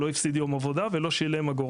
לא הפסיד יום עבודה ולא שילם אגורה.